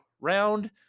round